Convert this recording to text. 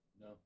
No